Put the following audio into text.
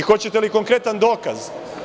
Hoćete li konkretan dokaz?